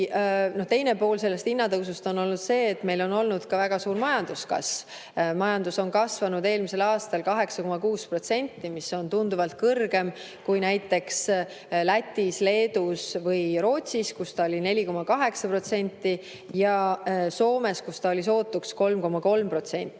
teine pool sellest hinnatõusust on see, et meil on olnud ka väga suur majanduskasv. Majandus on kasvanud eelmisel aastal 8,6%, mis on tunduvalt kõrgem kui näiteks Lätis, Leedus või Rootsis, kus ta oli 4,8%, ja Soomes, kus ta oli sootuks 3,3%.